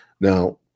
Now